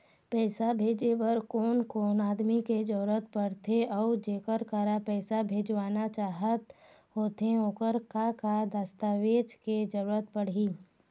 पैसा भेजे बार कोन कोन आदमी के जरूरत पड़ते अऊ जेकर करा पैसा भेजवाना चाहत होथे ओकर का का दस्तावेज के जरूरत पड़ही?